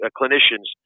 clinicians